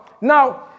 Now